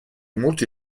molti